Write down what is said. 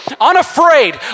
unafraid